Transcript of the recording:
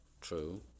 true